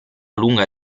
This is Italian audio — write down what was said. lunga